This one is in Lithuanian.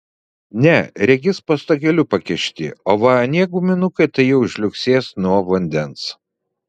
ne regis po stogeliu pakišti o va anie guminukai tai jau žliugsės nuo vandens